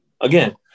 again